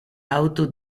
auto